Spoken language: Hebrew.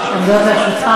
אני הייתי שר הבינוי והשיכון.